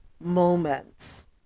moments